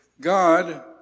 God